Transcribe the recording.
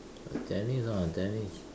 tennis ah tennis